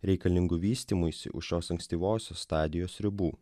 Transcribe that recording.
reikalingų vystymuisi už šios ankstyvosios stadijos ribų